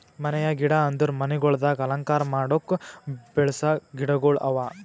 ಮನೆಯ ಗಿಡ ಅಂದುರ್ ಮನಿಗೊಳ್ದಾಗ್ ಅಲಂಕಾರ ಮಾಡುಕ್ ಬೆಳಸ ಗಿಡಗೊಳ್ ಅವಾ